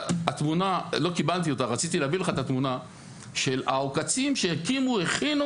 רציתי להביא לך את התמונה של העוקצים שהכינו